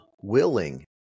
willing